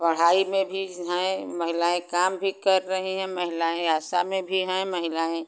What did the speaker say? पढ़ाई में भी हैं महिलाएँ काम भी कर रही हैं महिलाएँ आशा में भी हैं महिलाएँ